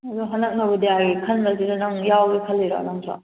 ꯑꯗꯣ ꯍꯟꯗꯛ ꯅꯚꯣꯗꯤꯌꯥꯒꯤ ꯈꯟꯕꯁꯤꯗ ꯅꯪ ꯌꯥꯎꯒꯦ ꯈꯜꯂꯤꯔꯥ ꯅꯪꯁꯨ